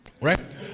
Right